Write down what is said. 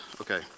okay